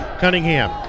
Cunningham